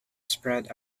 spread